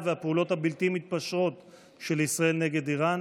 והפעולות הבלתי-מתפשרות של ישראל נגד איראן,